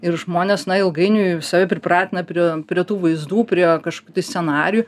ir žmonės na ilgainiui save pripratina prie prie tų vaizdų prie kažkokių tai scenarijų